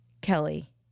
Kelly